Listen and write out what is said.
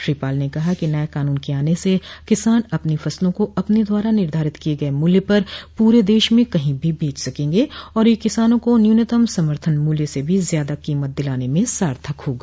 श्री पाल ने कहा कि नये कानून के आने से किसान अपनी फसलों को अपने द्वारा निर्धारित किये गये मूल्य पर पूरे देश में कहीं भी बेच सकेंगे और यह किसानों को न्यूनतम समर्थन मूल्य से भी ज्यादा कीमत दिलाने में सार्थक होगा